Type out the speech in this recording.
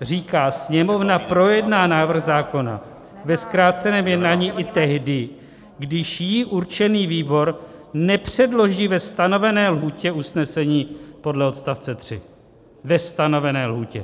říká: Sněmovna projedná návrh zákona ve zkráceném jednání i tehdy, když jí určený výbor nepředloží ve stanovené lhůtě usnesení podle § 3. Ve stanovené lhůtě.